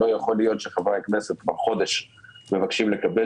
לא יכול להיות שחברי כנסת חודש מבקשים לקבל